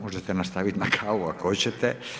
Možete nastavit na kavu ako hoćete.